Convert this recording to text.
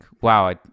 wow